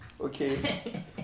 okay